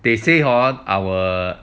they say hor our